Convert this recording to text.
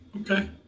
Okay